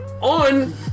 On